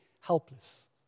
helpless